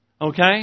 Okay